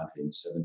1970